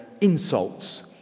insults